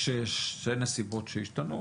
יש שתי נסיבות שהשתנו.